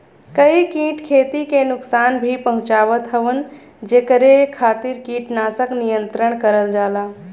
कई कीट खेती के नुकसान भी पहुंचावत हउवन जेकरे खातिर कीटनाशक नियंत्रण करल जाला